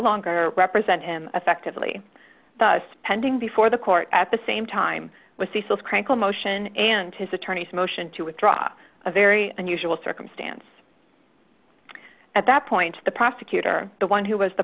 longer represent him effectively spending before the court at the same time with cecil's crankily motion and his attorney's motion to withdraw a very unusual circumstance at that point the prosecutor the one who was the